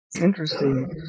Interesting